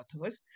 authors